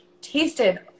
tasted